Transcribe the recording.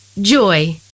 Joy